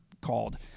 called